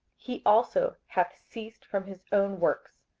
he also hath ceased from his own works,